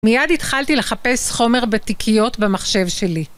מיד התחלתי לחפש חומר בתיקיות במחשב שלי.